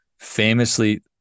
famously